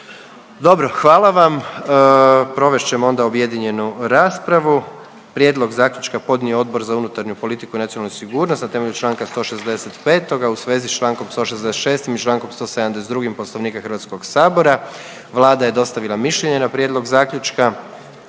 Dobro, hvala vam. Provest ćemo onda objedinjenu raspravu. Prijedlog Zaključka podnio je Odbor za unutarnju politiku i nacionalnu sigurnost na temelju čl. 165., a u svezi s čl. 166. i čl. 172. Poslovnika Hrvatskog sabora. Vlada je dostavila mišljenje na prijedlog Zaključka.